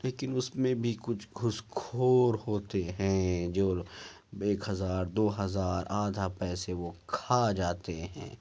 لیکن اس میں بھی کچھ گھوس کھور ہوتے ہیں جو ایک ہزار دو ہزار آدھا پیسے وہ کھا جاتے ہیں